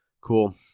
cool